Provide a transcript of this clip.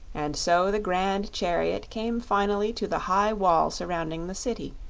and so the grand chariot came finally to the high wall surrounding the city,